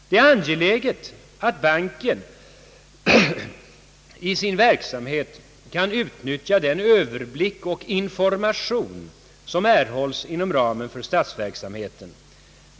Det är angeläget att banken i sin verksamhet kan utnyttja den överblick och information som erhålls inom ramen för statsverksamheten.